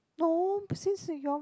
nope since your